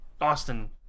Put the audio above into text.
Austin